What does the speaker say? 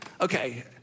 okay